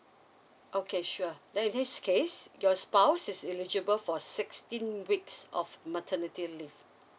okay sure then in this case your spouse is ellegible for sixteen weeks of maternity leave